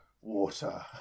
water